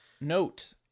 Note